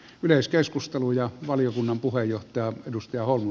yleiskeskustelu ja valiokunnan puheenjohtaja prustia on